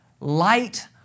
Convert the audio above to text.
light